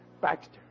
Baxter